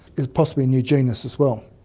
is possibly a new genus as well.